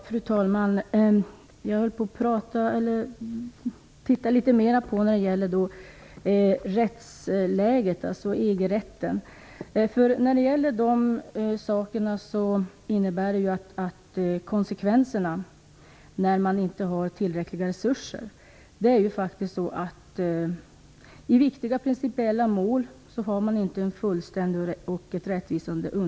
Fru talman! Jag vill titta litet mer på rättsläget - Konsekvenserna av att inte ha tillräckliga resurser är faktiskt att underlaget inte blir fullständigt och rättvisande i principiellt viktiga mål.